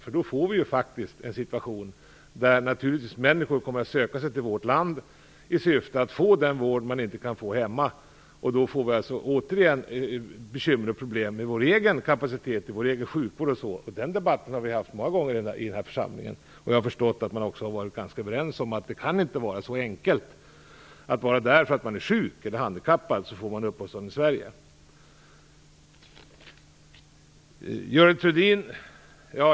Annars får vi faktiskt en situation där människor kommer att söka sig till vårt land i syfte att få den vård de inte kan få hemma. Då får vi alltså problem med kapaciteten i vår sjukvård. Den debatten har vi haft många gånger i den här församlingen. Jag har förstått att vi har varit ganska överens om att det inte kan vara så enkelt att bara därför att man är sjuk eller handikappad får man uppehållstillstånd i Sverige.